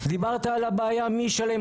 דיברת על הבעיה מי ישלם,